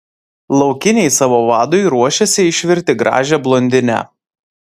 laukiniai savo vadui ruošiasi išvirti gražią blondinę